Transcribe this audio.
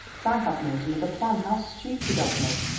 but i have made another plan how stupid of me!